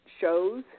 shows